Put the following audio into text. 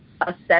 assess